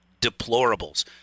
deplorables